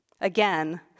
Again